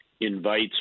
invites